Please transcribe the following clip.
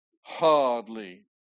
hardly